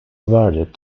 awarded